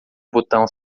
botão